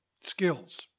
skills